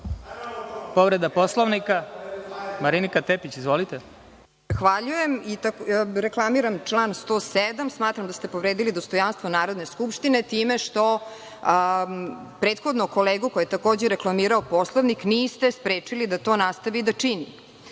Povreda Poslovnika, Marinika Tepić. Izvolite. **Marinika Tepić** Zahvaljujem. Reklamiram član 107. smatram da ste povredili dostojanstvo Narodne skupštine time što prethodnog kolegu koji je takođe reklamirao Poslovnik niste sprečili da to nastavi da čini.